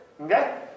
Okay